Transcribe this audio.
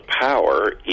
power